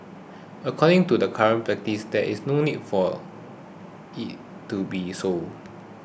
according to the current practice there is no need for it to be so